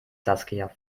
saskia